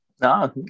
No